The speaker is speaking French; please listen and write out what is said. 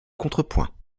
contrepoint